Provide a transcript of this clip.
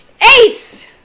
Ace